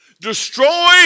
Destroy